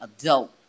adult